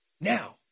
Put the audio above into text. Now